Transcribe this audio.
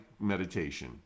meditation